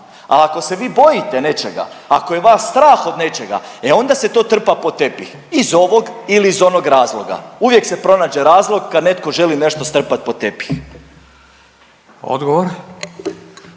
Al ako se vi bojite nečega, ako je vas strah od nečega, e onda se to trpa pod tepih. Iz ovog ili iz ovog razloga uvijek se pronađe razlog kad netko želi nešto strpat pod tepih. **Radin,